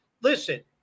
listen